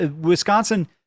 Wisconsin